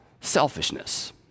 selfishness